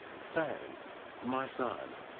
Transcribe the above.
saying my son,